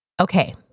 Okay